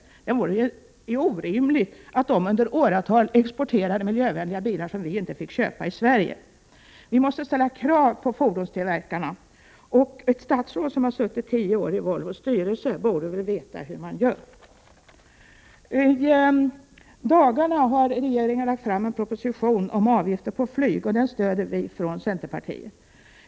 Således vore det orimligt om dessa i åratal skulle exportera miljövänliga bilar, som inte kunde köpas i Sverige. Vi måste ställa krav på fordonstillverkarna. Ett statsråd som har suttit med i Volvos styrelse i tio år borde väl veta hur man gör. I dagarna har regeringen lagt fram en proposition om avgifter för flyget, och denna stöder vi i centerpartiet.